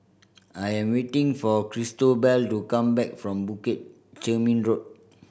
I am waiting for Cristobal to come back from Bukit Chermin Road